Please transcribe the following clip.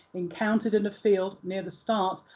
encountered in a field near the start,